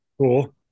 Cool